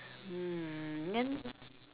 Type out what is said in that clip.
um then